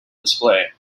display